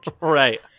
Right